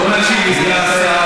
בואו נקשיב לסגן השר,